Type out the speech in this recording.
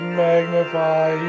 magnify